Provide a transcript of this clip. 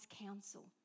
counsel